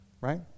right